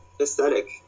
aesthetic